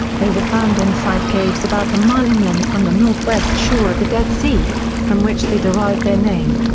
they were found inside caves about a mile inland from the northwest shore of the dead sea, from which they derive their name.